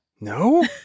No